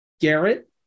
Garrett